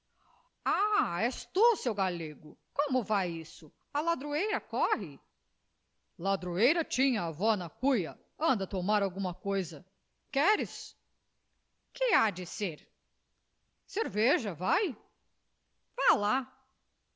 tu seu galego como vai isso a ladroeira corre ladroeira tinha a avó na cuia anda a tomar alguma coisa queres que há de ser cerveja vai vá lá